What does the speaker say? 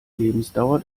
lebensdauer